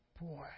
boy